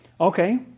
Okay